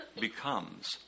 becomes